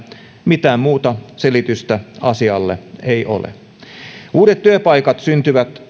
mitään muuta selitystä asialle ei ole uudet työpaikat syntyvät